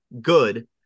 good